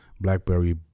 blackberry